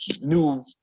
new